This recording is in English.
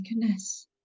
goodness